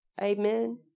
Amen